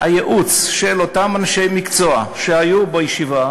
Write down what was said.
הייעוץ של אותם אנשי מקצוע שהיו בישיבה